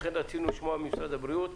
לכן רצינו לשמוע ממשרד הבריאות.